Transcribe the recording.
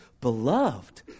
beloved